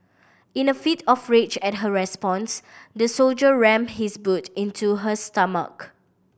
in a fit of rage at her response the soldier rammed his boot into her stomach